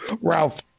Ralph